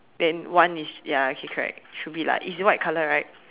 then one is ya okay correct should be lah it's white color right